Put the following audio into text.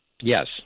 Yes